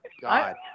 God